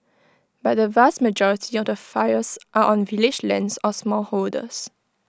but the vast majority of the fires are on village lands or smallholders